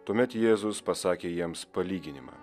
tuomet jėzus pasakė jiems palyginimą